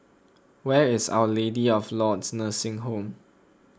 where is Our Lady of Lourdes Nursing Home